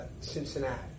Cincinnati